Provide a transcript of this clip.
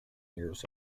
years